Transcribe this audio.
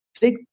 big